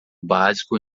básico